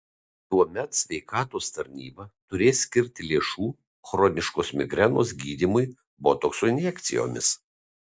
tuomet sveikatos tarnyba turės skirti lėšų chroniškos migrenos gydymui botokso injekcijomis